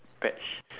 patch